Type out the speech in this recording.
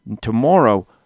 tomorrow